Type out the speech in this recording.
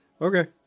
Okay